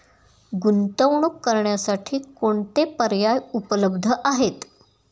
गुंतवणूक करण्यासाठी कोणते पर्याय उपलब्ध आहेत?